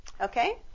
Okay